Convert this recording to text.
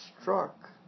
struck